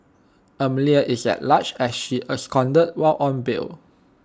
Amelia is at large as she absconded while on bail